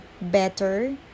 better